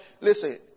Listen